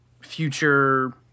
future